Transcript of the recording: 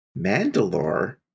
Mandalore